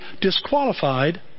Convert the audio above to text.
disqualified